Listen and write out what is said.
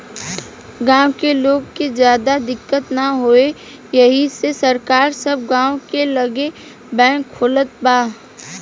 गाँव के लोग के ज्यादा दिक्कत ना होखे एही से सरकार सब गाँव के लगे बैंक खोलत बा